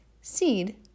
seed